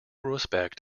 respect